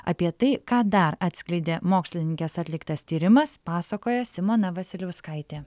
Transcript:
apie tai ką dar atskleidė mokslininkės atliktas tyrimas pasakoja simona vasiliauskaitė